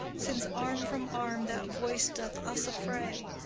since arm from arm that voice doth us affray,